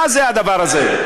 מה זה הדבר הזה?